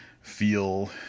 feel